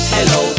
Hello